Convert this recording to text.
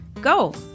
Go